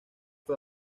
fue